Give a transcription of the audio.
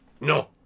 No